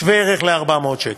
שווה ערך ל-400 שקל.